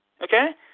Okay